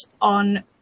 on